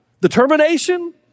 Determination